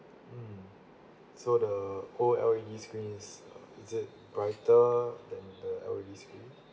mm so the O_L_E_D screen is is it brighter than the L_E_D screen